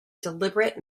deliberate